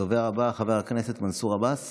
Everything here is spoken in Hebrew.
הדובר הבא, חבר הכנסת מנסור עבאס